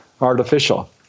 artificial